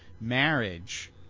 marriage